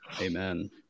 Amen